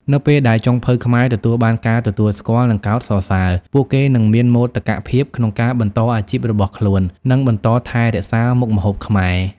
នៅពេលដែលចុងភៅខ្មែរទទួលបានការទទួលស្គាល់ និងកោតសរសើរ ពួកគេនឹងមានមោទកភាពក្នុងការបន្តអាជីពរបស់ខ្លួន និងបន្តថែរក្សាមុខម្ហូបខ្មែរ។